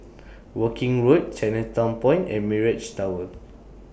Woking Road Chinatown Point and Mirage Tower